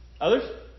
Others